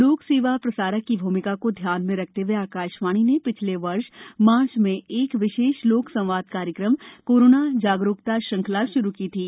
लोक सेवा प्रसारक की भ्रमिका को ध्यान में रखते हए आकाशवाणी ने पिछले वर्ष मार्च में एक विशष लोक संवाद कार्यक्रम कोरोना जागरूकता श्रंखला श्रू की थी